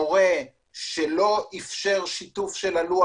מורה שלא אפשר שיתוף של הלוח,